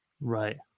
Right